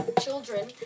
children